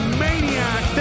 maniac